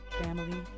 family